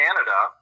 Canada